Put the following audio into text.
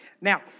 Now